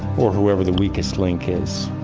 or whoever the weakest link is,